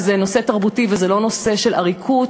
וזה נושא תרבותי וזה לא נושא של עריקות.